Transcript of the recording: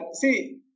see